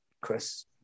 Chris